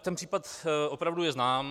Ten případ je opravdu znám.